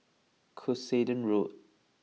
Cuscaden Road